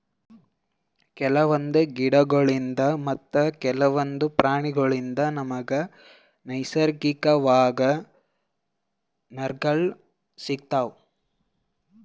ಕೆಲವೊಂದ್ ಗಿಡಗೋಳ್ಳಿನ್ದ್ ಮತ್ತ್ ಕೆಲವೊಂದ್ ಪ್ರಾಣಿಗೋಳ್ಳಿನ್ದ್ ನಮ್ಗ್ ನೈಸರ್ಗಿಕವಾಗ್ ನಾರ್ಗಳ್ ಸಿಗತಾವ್